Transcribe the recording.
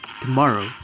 tomorrow